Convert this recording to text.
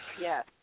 Yes